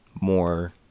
more